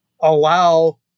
allow